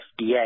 FDA